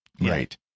right